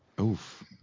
Oof